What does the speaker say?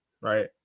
right